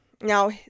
now